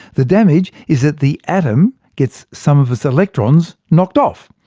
the damage is that the atom gets some of its electrons knocked off.